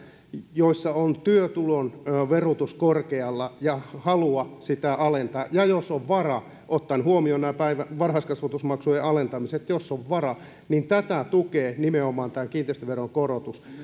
joissa on työtulon verotus korkealla ja halua sitä alentaa ja joissa on vara ottaen huomioon nämä varhaiskasvatusmaksujen alentamiset tätä tukee nimenomaan tämä kiinteistöveron korotus